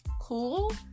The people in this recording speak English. Cool